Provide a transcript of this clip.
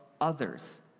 others